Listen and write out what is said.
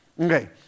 Okay